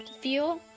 feel,